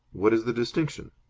what is the distinction?